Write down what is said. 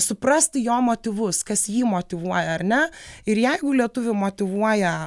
suprasti jo motyvus kas jį motyvuoja ar ne ir jeigu lietuvį motyvuoja